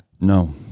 No